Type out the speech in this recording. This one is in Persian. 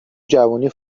جوونی